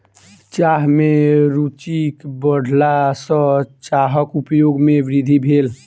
चाह में रूचिक बढ़ला सॅ चाहक उपयोग में वृद्धि भेल